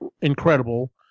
incredible